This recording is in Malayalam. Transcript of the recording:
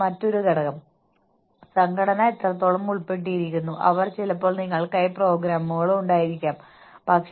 ഇന്ന് ഞാൻ ആസൂത്രണം ചെയ്ത കാര്യത്തിലേക്ക് നമുക്ക് പോകാം ഇതാണ് ഞങ്ങൾ കഴിഞ്ഞ തവണ ചെയ്തത്